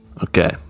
Okay